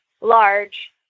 large